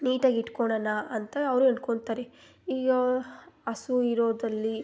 ನೀಟಾಗಿಟ್ಕೊಳೋನ ಅಂತ ಅವರು ಅಂದ್ಕೊತಾರೆ ಈಗ ಹಸು ಇರೋದಲ್ಲಿ